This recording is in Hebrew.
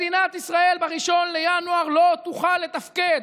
מדינת ישראל ב-1 בינואר לא תוכל לתפקד.